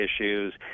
issues